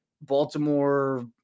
Baltimore